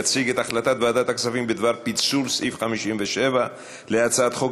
יציג את החלטת ועדת הכספים בדבר פיצול סעיף 57 להצעת חוק